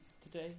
today